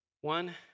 one